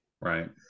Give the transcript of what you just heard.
Right